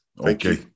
Okay